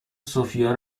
سوفیا